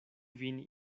vin